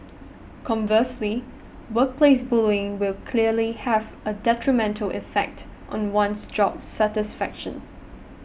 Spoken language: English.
conversely workplace bullying will clearly have a detrimental effect on one's job satisfaction